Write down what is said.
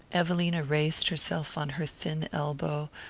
evelina raised herself on her thin elbow,